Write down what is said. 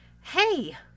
Hey